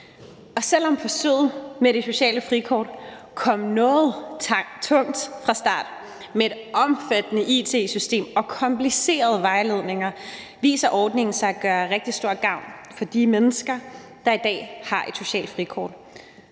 Og selv om forsøget med det sociale frikort kom noget tungt fra start med et omfattende it-system og komplicerede vejledninger, viser ordningen sig at gøre rigtig stor gavn for de mennesker, der i dag har et socialt frikort